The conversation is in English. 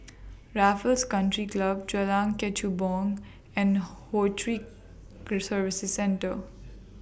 Raffles Country Club Jalan Kechubong and Services Centre